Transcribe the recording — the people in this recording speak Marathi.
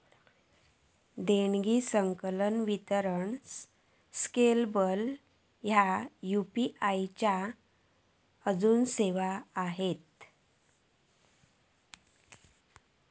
देणगी, संकलन, वितरण स्केलेबल ह्ये यू.पी.आई च्या आजून सेवा आसत